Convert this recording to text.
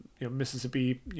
Mississippi